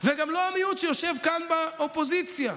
וגם לא המיעוט שיושב כאן, באופוזיציה.